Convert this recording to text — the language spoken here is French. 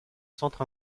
centre